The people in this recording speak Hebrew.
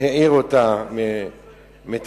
העיר אותה מתרדמתה,